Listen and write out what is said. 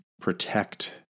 protect